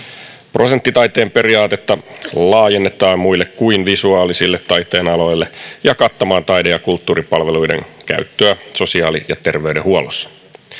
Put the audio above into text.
prosenttitaiteen periaatetta laajennetaan muille kuin visuaalisille taiteenaloille ja kattamaan taide ja kulttuuripalveluiden käyttöä sosiaali ja terveydenhuollossa